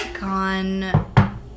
gone